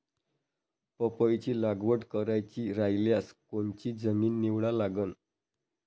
पपईची लागवड करायची रायल्यास कोनची जमीन निवडा लागन?